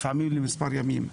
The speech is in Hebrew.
לפעמים למספר ימים.